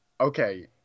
Okay